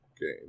game